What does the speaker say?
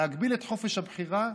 להגביל את חופש הבחירה,